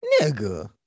Nigga